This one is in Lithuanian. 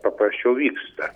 paprasčiau vyksta